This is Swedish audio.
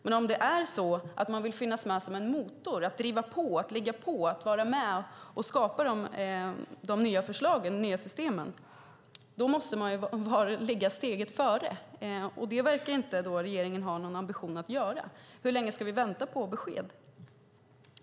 Men om det är så att man vill finnas med som en motor, att driva på, ligga på och vara med skapa de nya förslagen och nya systemen måste man ligga steget före. Det verkar inte regeringen ha någon ambition att göra. Hur länge ska vi vänta på besked?